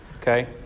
Okay